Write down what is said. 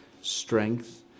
strength